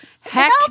Heck